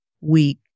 weak